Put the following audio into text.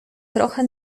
trochę